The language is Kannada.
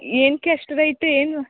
ಏನಕ್ಕೆ ಅಷ್ಟು ರೇಟು ಏನು